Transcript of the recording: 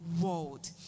world